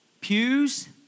pews